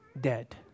dead